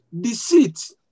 deceit